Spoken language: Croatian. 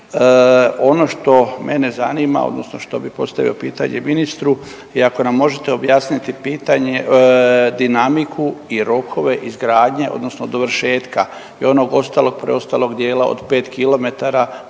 Ono što mene zanima odnosno što bih postavio pitanje ministru i ako nam možete objasniti pitanje, dinamiku i rokove izgradnje odnosno dovršetka i onog ostalog, preostalog dijela od 5